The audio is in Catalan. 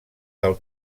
del